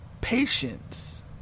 patience